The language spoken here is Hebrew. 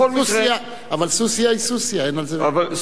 בכל מקרה, אבל סוסיא היא סוסיא, אין על זה ויכוח.